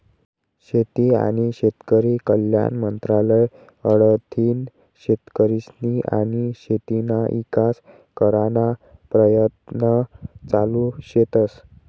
शेती आनी शेतकरी कल्याण मंत्रालय कडथीन शेतकरीस्नी आनी शेतीना ईकास कराना परयत्न चालू शेतस